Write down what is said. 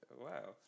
Wow